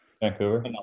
Vancouver